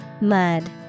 Mud